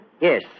Yes